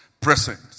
present